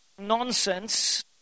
nonsense